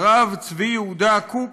והרב צבי יהודה קוק